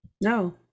No